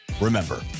Remember